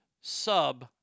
sub